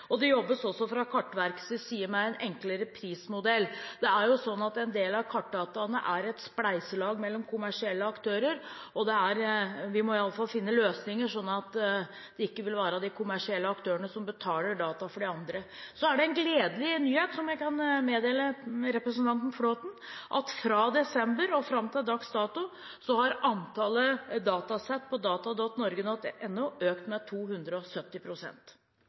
Det jobbes også fra Kartverkets side med en enklere prismodell. Det er jo sånn at en del av kartdataene er et spleiselag mellom kommersielle aktører, og vi må i alle fall finne løsninger sånn at det ikke er de kommersielle aktørene som betaler data for de andre. Så har jeg en gledelig nyhet som jeg kan meddele representanten Flåtten: Fra desember og fram til dags dato har antallet datasett på data.norge.no økt med